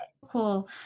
Cool